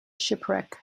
shipwreck